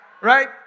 right